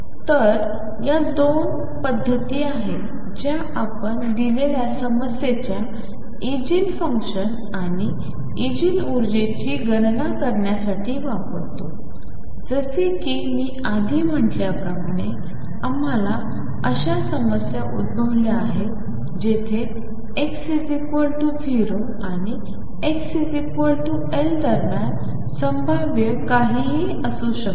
तर या दोन पद्धती आहेत ज्या आपण दिलेल्या समस्येच्या इगेन फंक्शन आणि इगेन ऊर्जा ची गणना करण्यासाठी वापरतो जसे की मी आधी म्हटल्याप्रमाणे आम्हाला अशा समस्या उद्भवल्या आहेत जिथे x 0 आणि x L दरम्यान संभाव्य काहीही असू शकते